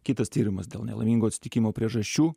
kitas tyrimas dėl nelaimingo atsitikimo priežasčių